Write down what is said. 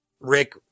Rick